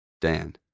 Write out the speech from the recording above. Dan